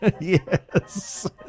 Yes